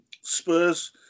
Spurs